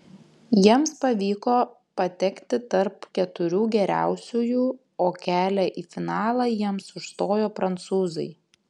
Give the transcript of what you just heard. jiems pavyko patekti tarp keturių geriausiųjų o kelią į finalą jiems užstojo prancūzai